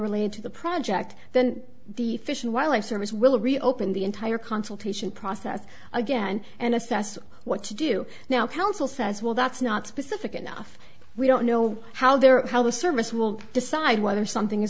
related to the project then the fish and wildlife service will reopen the entire consultation process again and assess what to do now council says well that's not specific enough we don't know how they're how the service will decide whether something is